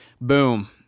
Boom